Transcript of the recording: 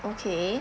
okay